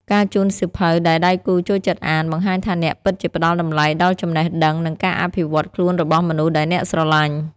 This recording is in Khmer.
ការជូនសៀវភៅដែលដៃគូចូលចិត្តអាន បង្ហាញថាអ្នកពិតជាផ្ដល់តម្លៃដល់ចំណេះដឹង និងការអភិវឌ្ឍខ្លួនរបស់មនុស្សដែលអ្នកស្រឡាញ់។